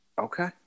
okay